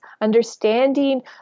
Understanding